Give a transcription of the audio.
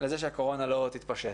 לכך שהקורונה לא תתפשט.